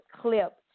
clip